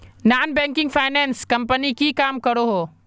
Non banking finance company की काम करोहो?